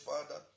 Father